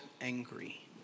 angry